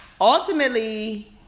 ultimately